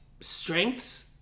strengths